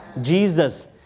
Jesus